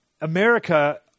America